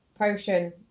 potion